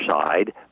side